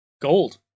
Gold